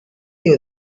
you